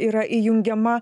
yra įjungiama